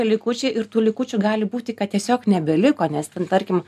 likučiai ir tų likučių gali būti kad tiesiog nebeliko nes ten tarkim